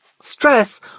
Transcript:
Stress